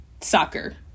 soccer